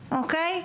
אוקיי?